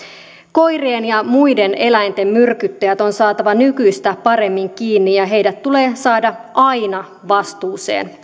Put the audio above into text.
koirien ja muiden eläinten myrkyttäjät on saatava nykyistä paremmin kiinni ja heidät tulee saada aina vastuuseen